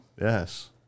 Yes